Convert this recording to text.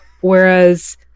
Whereas